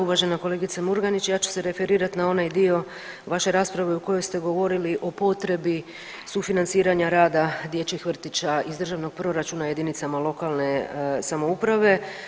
Uvažena kolegice Murganić ja ću se referirati na onaj dio vaše rasprave u kojoj ste govorili o potrebi sufinanciranja rada dječjih vrtića iz državnog proračuna jedinicama lokalne samouprave.